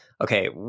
okay